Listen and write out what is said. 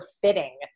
fitting